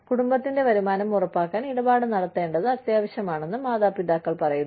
കുടുംബത്തിന്റെ വരുമാനം ഉറപ്പാക്കാൻ ഇടപാട് നടത്തേണ്ടത് അത്യാവശ്യമാണെന്ന് മാതാപിതാക്കൾ പറയുന്നു